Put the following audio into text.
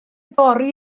fory